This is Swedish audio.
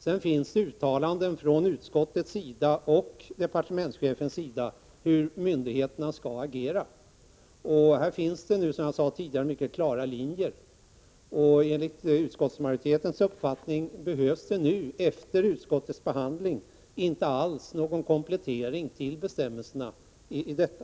Det finns också uttalanden både från utskottet och från departementschefen om hur myndigheterna skall agera. Här finns, som jag sade tidigare, mycket klara linjer. Enligt utskottsmajoritetens uppfattning behövs det nu, efter utskottets behandling, inte alls någon komplettering av bestämmelserna.